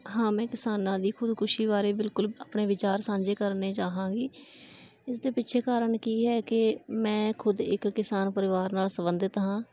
ਹਾਂ ਮੈਂ ਕਿਸਾਨਾਂ ਦੀ ਖੁਦਕੁਸ਼ੀ ਬਾਰੇ ਬਿਲਕੁਲ ਆਪਣੇ ਵਿਚਾਰ ਸਾਂਝੇ ਕਰਨੇ ਚਾਹਾਂਗੀ ਇਸ ਦੇ ਪਿੱਛੇ ਕਾਰਣ ਕੀ ਹੈ ਕਿ ਮੈਂ ਖੁਦ ਇੱਕ ਕਿਸਾਨ ਪਰਿਵਾਰ ਨਾਲ ਸੰਬੰਧਿਤ ਹਾਂ